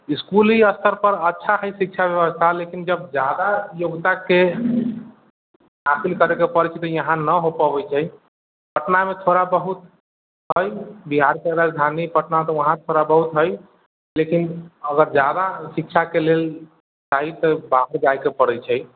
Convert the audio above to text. स्कूली स्तर पर अच्छा है शिक्षा व्यवस्था लेकिन जब जादा योग्यताके हासिल करैके पड़ैत छै तऽ यहाँ नहि हो पबैत छै पटनामे थोड़ा बहुत हइ बिहारके राजधानी पटना हइ वहाँ थोड़ा बहुत हइ लेकिन अगर जादा शिक्षाके लेल चाही तऽ बाहर जायके पड़ैत छै